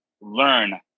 learn